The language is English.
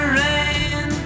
rain